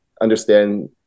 understand